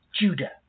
Judah